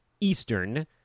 Eastern